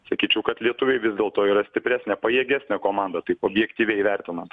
sakyčiau kad lietuviai vis dėlto yra stipresnė pajėgesnė komanda taip objektyviai vertinant